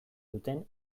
duten